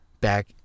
back